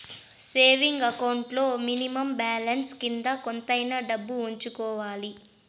saving account లో minimum balance కింద కొంతైనా డబ్బు ఉంచుకోవాలి